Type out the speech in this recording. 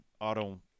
auto